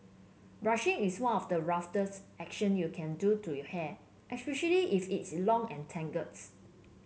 brushing is one of the roughest action you can do to your hair especially if its long and tangles